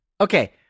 Okay